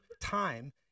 time